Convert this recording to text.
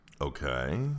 Okay